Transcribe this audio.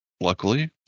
Luckily